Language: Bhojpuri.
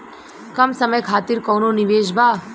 कम समय खातिर कौनो निवेश बा?